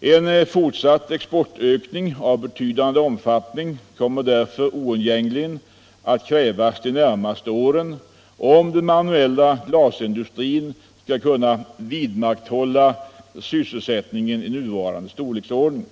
En fortsatt exportökning av betydande omfattning kommer därför oundgängligen att krävas de närmaste åren, om den manuella glasindustrin skall kunna vidmakthålla en sysselsättning av nuvarande storleksordning.